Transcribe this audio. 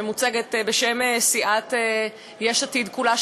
שמוצגת בשם סיעת יש עתיד כולה,